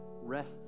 rest